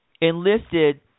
enlisted